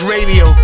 Radio